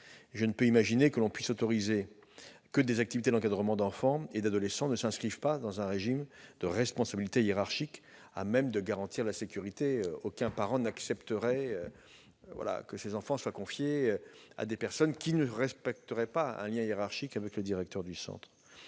Je ne peux imaginer que soient autorisées des activités d'encadrement d'enfants et d'adolescents ne s'inscrivant pas dans un régime de responsabilité hiérarchique à même de garantir la sécurité. Aucun parent n'accepterait que son enfant soit confié à des personnes qui ne respecteraient pas un lien hiérarchique avec le directeur du centre.